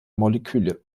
moleküle